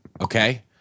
okay